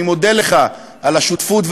אני מודה לך על השותפות,